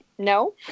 No